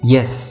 Yes